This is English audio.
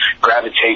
gravitate